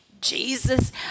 Jesus